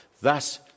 Thus